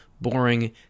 boring